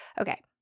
okay